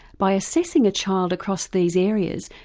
by assessing a child across these areas,